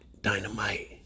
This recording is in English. dynamite